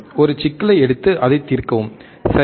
ஒரு சிக்கலை எடுத்து அதை தீர்க்கவும் சரி